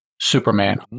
Superman